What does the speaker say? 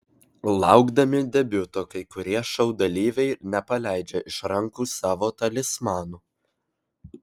laukdami debiuto kai kurie šou dalyviai nepaleidžia iš rankų savo talismanų